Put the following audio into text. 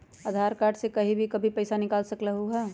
आधार card से कहीं भी कभी पईसा निकाल सकलहु ह?